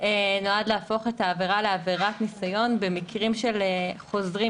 נועד להפוך את העבירה לעבירת ניסיון במקרים של חוזרים